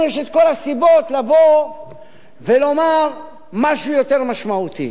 לנו יש כל הסיבות לבוא ולומר משהו יותר משמעותי.